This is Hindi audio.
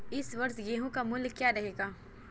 इस वर्ष गेहूँ का मूल्य क्या रहेगा?